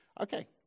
Okay